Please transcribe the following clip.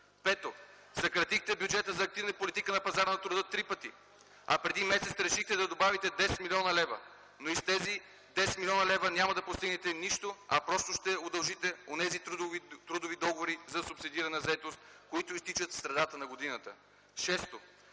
Пето, съкратихте бюджета за активна политика на пазара на труда три пъти, а преди месец решихте да добавите 10 млн. лв., но и с тези 10 млн. лв. няма да постигнете нищо, а просто ще удължите онези трудови договори за субсидирана заетост, които изтичат в средата на годината. Шесто,